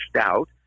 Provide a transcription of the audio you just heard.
out